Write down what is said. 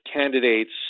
candidates